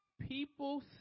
People